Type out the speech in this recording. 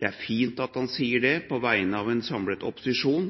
Det er fint at han sier det på vegne av en samlet opposisjon,